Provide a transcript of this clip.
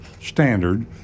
standard